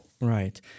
Right